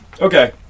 Okay